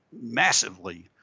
massively